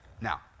Now